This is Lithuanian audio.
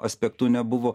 aspektu nebuvo